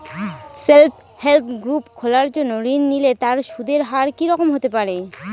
Self help group খোলার জন্য ঋণ নিলে তার সুদের হার কি রকম হতে পারে?